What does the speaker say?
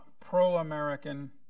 pro-American